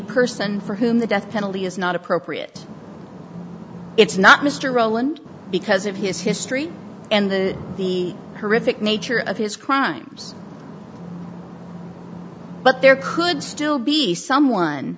person for whom the death penalty is not appropriate it's not mr roland because of his history and the the horrific nature of his crimes but there could still be someone